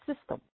system